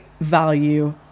value